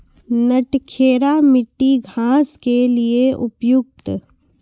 नटखेरा मिट्टी घास के लिए उपयुक्त?